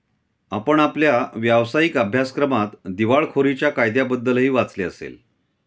आपण आपल्या व्यावसायिक अभ्यासक्रमात दिवाळखोरीच्या कायद्याबद्दलही वाचले असेल